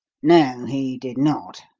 no, he did not.